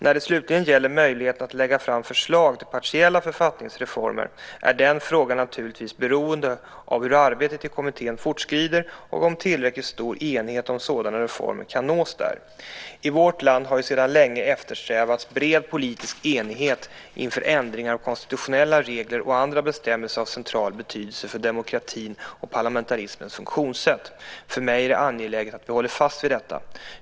När det slutligen gäller möjligheten att lägga fram förslag till partiella författningsreformer är den frågan naturligtvis beroende av hur arbetet i kommittén fortskrider och om tillräckligt stor enighet om sådana reformer kan nås där. I vårt land har ju sedan länge eftersträvats bred politisk enighet inför ändringar av konstitutionella regler och andra bestämmelser av central betydelse för demokratin och parlamentarismens funktionssätt. För mig är det angeläget att vi håller fast vid detta.